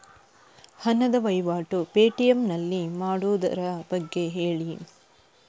ಹಣದ ವಹಿವಾಟು ಪೇ.ಟಿ.ಎಂ ನಲ್ಲಿ ಮಾಡುವುದರ ಬಗ್ಗೆ ಹೇಳಿ